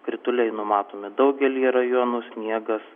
krituliai numatomi daugelyje rajonų sniegas